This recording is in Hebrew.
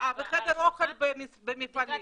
וחדרי אוכל במפעלים.